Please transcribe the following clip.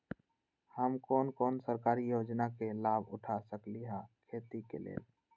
हम कोन कोन सरकारी योजना के लाभ उठा सकली ह खेती के लेल?